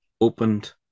opened